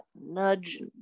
Nudge